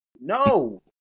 No